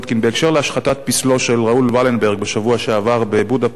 בקשר להשחתת פסלו של ראול ולנברג בשבוע שעבר בבודפשט,